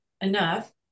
enough